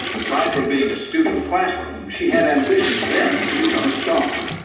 aside from being astute in the classroom, she had ambitions then to become a star.